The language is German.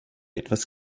etwas